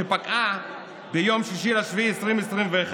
שפקע ביום 6 ביולי 2021,